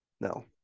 No